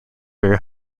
very